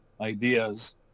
ideas